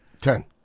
Ten